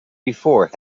before